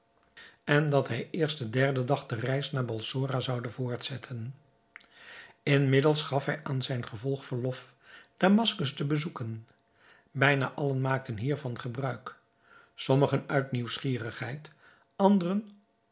en dat hij eerst den derden dag de reis naar balsora zoude voortzetten inmiddels gaf hij aan zijn gevolg verlof damaskus te bezoeken bijna allen maakten hiervan gebruik sommigen uit nieuwsgierigheid anderen